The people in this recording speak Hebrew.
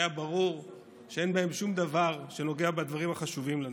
היה ברור שאין בהן שום דבר שנוגע בדברים החשובים לנו.